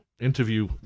interview